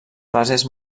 fases